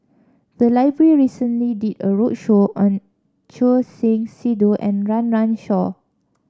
the library recently did a roadshow on Choor Singh Sidhu and Run Run Shaw